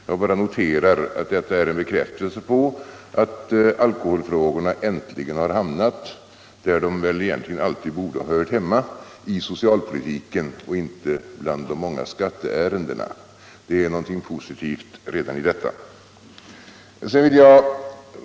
Jag bara noterar att detta är en bekräftelse på att alkoholfrågorna äntligen har hamnat där de egentligen väl alltid borde ha hört hemma, nämligen i socialpolitiken och inte bland de många skatteärendena. Det ligger någonting positivt redan i detta.